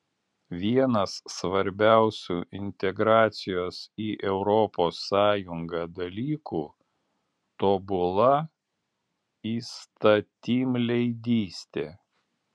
vienas svarbiausių integracijos į europos sąjungą dalykų tobula įstatymleidystė